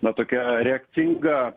na tokia reakcinga